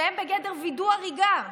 שהם בגדר וידוא הריגה.